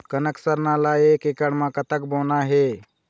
कनक सरना ला एक एकड़ म कतक बोना हे?